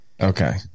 Okay